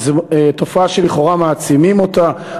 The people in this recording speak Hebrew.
וזו תופעה שלכאורה מעצימים אותה,